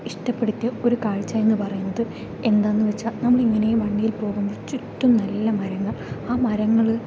ഇഷ്ടപ്പെടുത്തിയ ഒരു കാഴ്ച എന്ന് പറയുന്നത് എന്താന്ന് വെച്ചാൽ നമ്മളിങ്ങനേ വണ്ടിയിൽ പോകുമ്പോൾ ചുറ്റും നല്ല മരങ്ങൾ ആ മരങ്ങള്